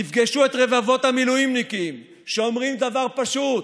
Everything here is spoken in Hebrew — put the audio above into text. תפגשו את רבבות המילואימניקים שאומרים דבר פשוט: